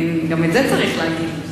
גם את זה צריך להגיד.